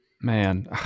man